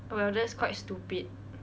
well that's quite stupid